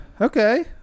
Okay